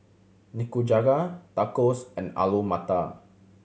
Nikujaga Tacos and Alu Matar